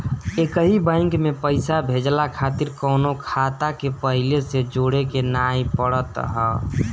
एकही बैंक में पईसा भेजला खातिर कवनो खाता के पहिले से जोड़े के नाइ पड़त हअ